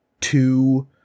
two